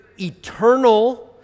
eternal